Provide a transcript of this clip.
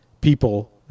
people